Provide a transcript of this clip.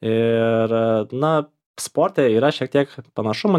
ir na sporte yra šiek tiek panašumų